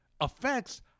affects –